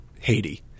Haiti